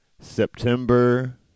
September